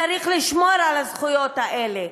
צריך לשמור על הזכויות האלה,